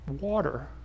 water